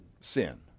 sin